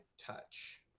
Touch